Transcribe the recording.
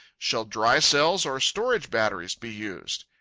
shall dry cells or storage batteries be used?